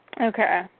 Okay